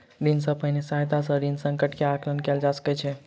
ऋण सॅ पहिने सहायता सॅ ऋण संकट के आंकलन कयल जा सकै छै